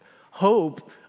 hope